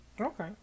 Okay